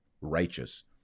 righteous